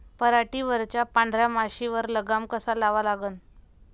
पराटीवरच्या पांढऱ्या माशीवर लगाम कसा लावा लागन?